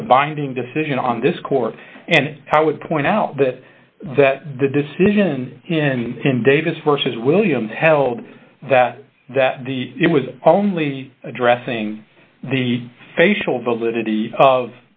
is a binding decision on this court and how i would point out that that the decision in davis versus williams held that that the it was only addressing the facial validity of